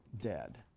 dead